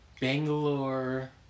Bangalore